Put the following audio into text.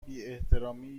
بیاحترامی